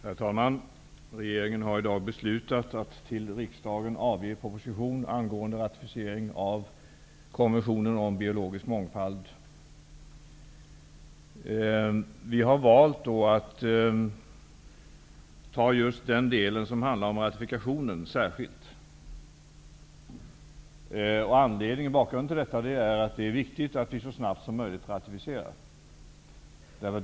Herr talman! Regeringen har i dag beslutat att till riksdagen avge proposition angående ratificering av konventionen om biologisk mångfald. Vi har valt att separat behandla just den delen som handlar om ratifikationen. Bakgrunden till detta är att det är viktigt att vi så snabbt som möjligt ratificerar.